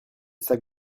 sac